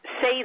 say